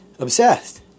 Obsessed